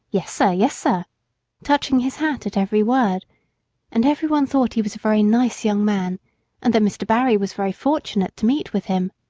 yes, sir yes, sir touching his hat at every word and every one thought he was a very nice young man and that mr. barry was very fortunate to meet with him.